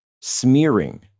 smearing